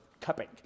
cupping